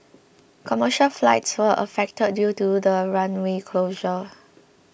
commercial flights were affected due to the runway closure